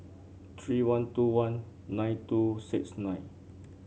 three one two one nine two six nine